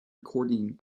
recording